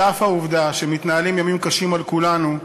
על אף העובדה שמתנהלים ימים קשים על כולנו,